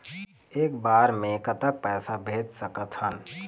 एक बार मे कतक पैसा भेज सकत हन?